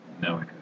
No